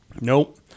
Nope